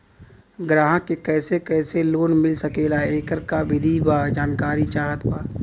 ग्राहक के कैसे कैसे लोन मिल सकेला येकर का विधि बा जानकारी चाहत बा?